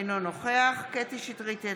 אינו נוכח קטי קטרין שטרית,